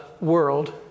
world